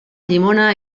llimona